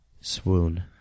swoon